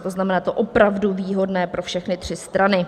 To znamená, je to opravdu výhodné pro všechny tři strany.